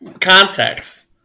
Context